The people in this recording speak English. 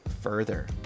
further